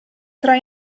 tra